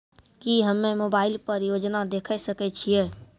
की हम्मे मोबाइल पर योजना देखय सकय छियै?